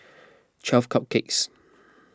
twelve Cupcakes